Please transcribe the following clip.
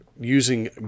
using